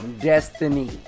destiny